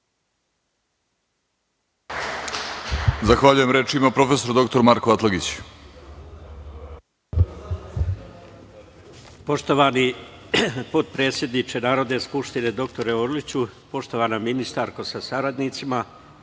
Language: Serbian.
Zahvaljujem. Reč ima profesor dr Marko Atlagić.